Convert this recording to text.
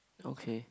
okay